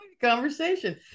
Conversation